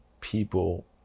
people